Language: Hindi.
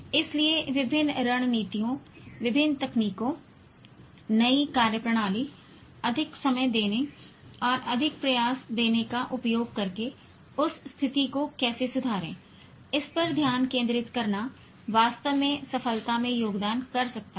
इसलिए विभिन्न रणनीतियों विभिन्न तकनीकों नई कार्यप्रणाली अधिक समय देने और अधिक प्रयास देने का उपयोग करके उस स्थिति को कैसे सुधारें इस पर ध्यान केंद्रित करना वास्तव में सफलता में योगदान कर सकता है